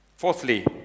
Fourthly